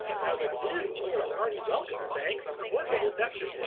and i was like, eww, i'll get a hearty welcome, thanks. cordial reception?